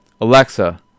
Alexa